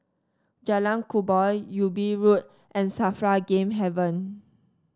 Jalan Kubor Ubi Road and Safra Game Haven